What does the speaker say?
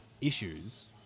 issues